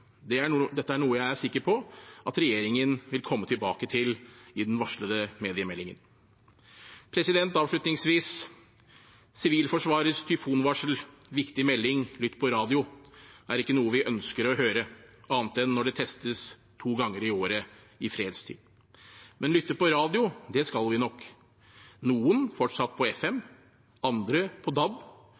Dette er noe jeg er sikker på at regjeringen vil komme tilbake til i den varslede mediemeldingen. Avslutningsvis: Sivilforsvarets tyfonvarsel «Viktig melding – lytt på radio» er ikke noe vi ønsker å høre, annet enn når det testes to ganger i året i fredstid. Men lytte på radio skal vi nok – noen fortsatt på FM, andre på DAB,